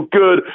good